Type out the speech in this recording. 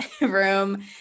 room